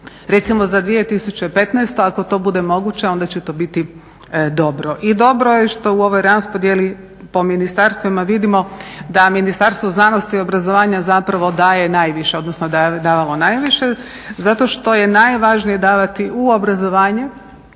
recimo za 2015., ako to bude moguće onda će to biti dobro. I dobro je što u ovoj raspodjeli po ministarstvima vidimo da Ministarstvo znanosti, obrazovanja zapravo daje najviše, odnosno da je davalo najviše zato što je najvažnije davati u obrazovanje,